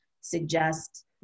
suggest